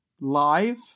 live